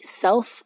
self